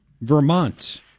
Vermont